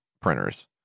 printers